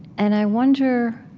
and i wonder,